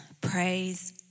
praise